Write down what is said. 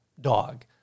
dog